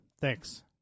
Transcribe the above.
Thanks